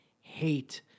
hate